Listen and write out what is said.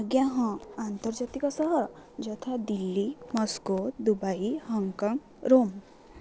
ଆଜ୍ଞା ହଁ ଆନ୍ତର୍ଜାତିକ ସହର ଯଥା Delhi Moscow Dubai Hong Kong Rome